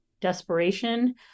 desperation